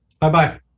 Bye-bye